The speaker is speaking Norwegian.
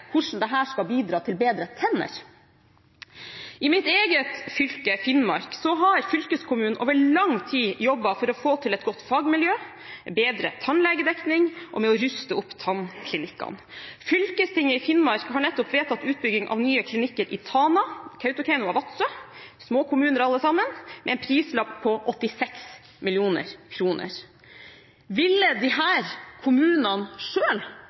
hvordan dette skal bidra til bedre tenner. I mitt eget fylke, Finnmark, har fylkeskommunen over lang tid jobbet for å få til et godt fagmiljø, bedre tannlegedekning og med å ruste opp tannklinikkene. Fylkestinget i Finnmark har nettopp vedtatt utbygging av nye klinikker i Tana, Kautokeino og Vadsø – små kommuner alle sammen – med en prislapp på 86 mill. kr. Ville disse kommunene